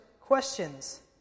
questions